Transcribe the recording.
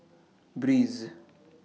Breeze